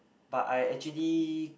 but I actually